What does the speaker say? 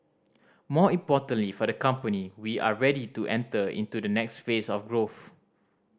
more importantly for the company we are ready to enter into the next phase of growth